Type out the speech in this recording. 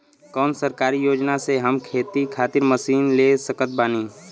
कौन सरकारी योजना से हम खेती खातिर मशीन ले सकत बानी?